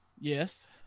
Yes